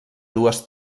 dues